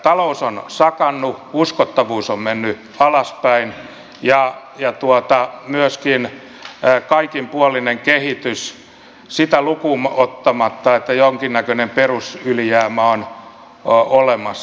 talous on sakannut uskottavuus on mennyt alaspäin ja myöskin kaikinpuolinen kehitys sitä lukuun ottamatta että jonkinnäköinen perusylijäämä on olemassa